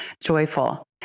joyful